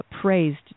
praised